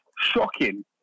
shocking